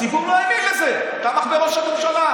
הציבור לא האמין לזה, הוא תמך בראש הממשלה.